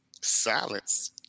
Silence